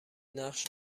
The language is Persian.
نقش